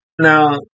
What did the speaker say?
Now